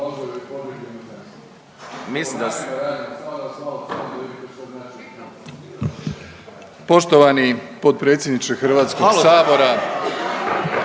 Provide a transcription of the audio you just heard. Hvala